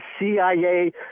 CIA